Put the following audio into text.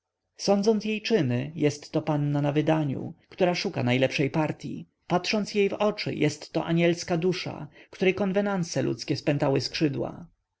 sądząc jej czyny jestto panna na wydaniu która szuka najlepszej partyi patrząc w jej oczy jestto anielska dusza której konwenanse ludzkie spętały skrzydła